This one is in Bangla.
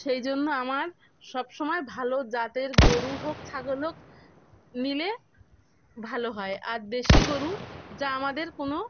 সেই জন্য আমার সব সমময় ভালো জাতের গরু হোক ছাগল হোক নিলে ভালো হয় আর দেশি গরু যা আমাদের কোনো